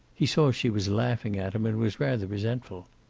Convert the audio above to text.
he saw she was laughing at him and was rather resentful.